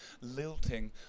lilting